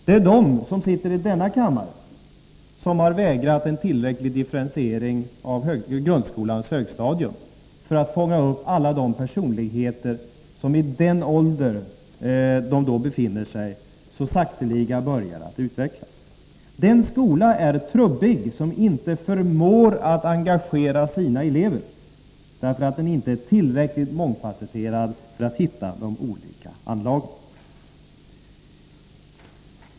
Det är de som sitter i denna kammare som har vägrat en tillräcklig differentiering av grundskolans högstadium för att fånga upp alla de personligheter som i den ålder de befinner sig i på högstadiet så sakteliga börjar utvecklas. Den skola är trubbig som inte förmår engagera sina elever därför att den inte är tillräckligt mångfasetterad för att hitta de olika anlagen.